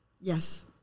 Yes